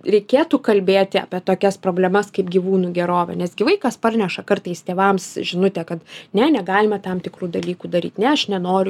reikėtų kalbėti apie tokias problemas kaip gyvūnų gerovė nes gi vaikas parneša kartais tėvams žinutę kad ne negalima tam tikrų dalykų daryt ne aš nenoriu